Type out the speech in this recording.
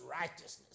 righteousness